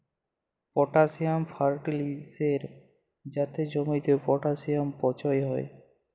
potassium ফার্টিলিসের যাতে জমিতে পটাসিয়াম পচ্ছয় হ্যয়